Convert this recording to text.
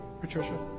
Patricia